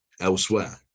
elsewhere